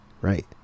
right